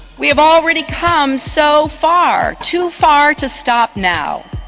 we have already come so far, too far to stop now.